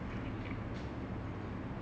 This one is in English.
if you just think about what the place